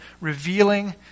revealing